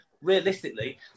Realistically